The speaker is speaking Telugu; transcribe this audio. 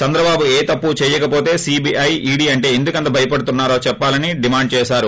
చంద్రబాబు ఏ తప్పు చేయకవోతే సీబీఐ ఈడీ అంటే ఎందుకంత భయపడుతున్నారో చెప్పాలని డిమాండ్ చేశారు